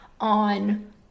on